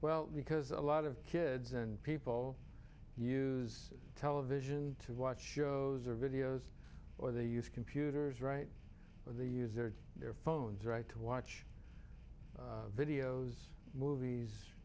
well because a lot of kids and people use television to watch shows or videos or they use computers right or the user their phones right to watch videos movies